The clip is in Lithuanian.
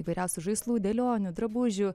įvairiausių žaislų dėlionių drabužių